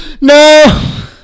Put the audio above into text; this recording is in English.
No